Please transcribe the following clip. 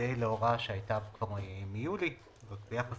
זהה להוראה שהייתה מיולי ביחס